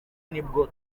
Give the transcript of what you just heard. nibwo